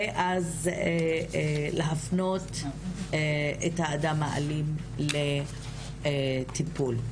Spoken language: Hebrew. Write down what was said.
ואז להפנות את האדם האלים לטיפול.